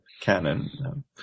Canon